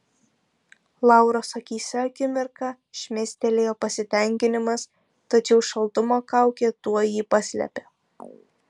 lauros akyse akimirką šmėstelėjo pasitenkinimas tačiau šaltumo kaukė tuoj jį paslėpė